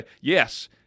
yes